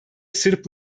sırp